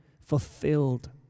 fulfilled